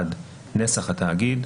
נסח התאגיד.